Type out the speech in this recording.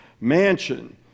mansion